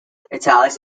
italics